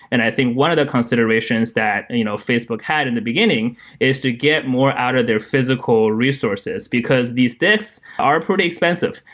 and i think one of the considerations that and you know facebook had in the beginning is to get more out of their physical resources, because these disks are pretty expensive,